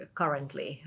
currently